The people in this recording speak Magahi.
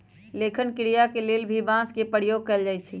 लेखन क्रिया के लेल भी बांस के प्रयोग कैल जाई छई